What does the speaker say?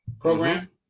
program